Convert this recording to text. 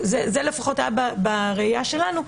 זה לפחות היה בראייה שלנו,